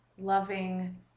loving